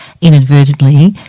inadvertently